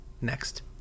Next